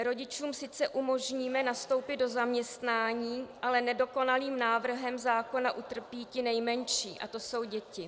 Rodičům sice umožníme nastoupit do zaměstnání, ale nedokonalým návrhem zákona utrpí ti nejmenší, děti.